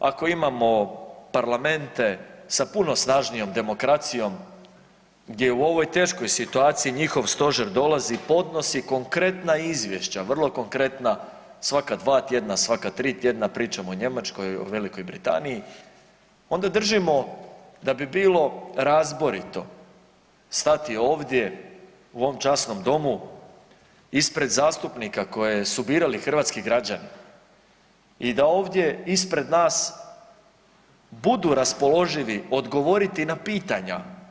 Ako imamo parlamente sa puno snažnijom demokracijom gdje u ovoj teškoj situaciji njihov stožer dolazi, podnosi konkretna izvješća, vrlo konkretna svaka dva tjedna, svaka tri tjedna pričam o Njemačkoj, o Velikoj Britaniji, onda držimo da bi bilo razborito stati ovdje u ovom časnom domu ispred zastupnika koje su birali hrvatski građani i da ovdje ispred nas budu raspoloživi odgovoriti na pitanja.